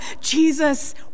Jesus